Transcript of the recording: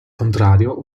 contrario